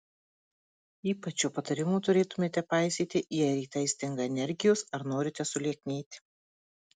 ypač šio patarimo turėtumėte paisyti jei rytais stinga energijos ar norite sulieknėti